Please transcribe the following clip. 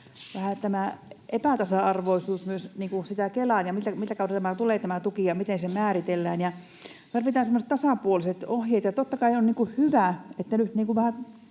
epätasa-arvoisuus myös niin kuin Kelaan ja mitä kautta tämä tuki tulee ja miten se määritellään — tarvitaan semmoiset tasapuoliset ohjeet. Totta kai on hyvä, että nyt